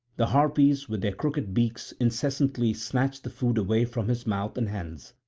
the harpies with their crooked beaks incessantly snatched the food away from his mouth and hands.